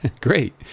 Great